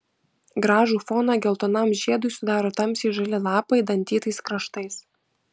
gražų foną geltonam žiedui sudaro tamsiai žali lapai dantytais kraštais